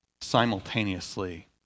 simultaneously